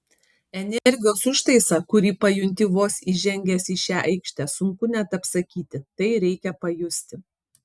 energijos užtaisą kurį pajunti vos įžengęs į šią aikštę sunku net apsakyti tai reikia pajusti